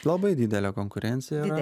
labai didelė konkurencija yra